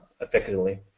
effectively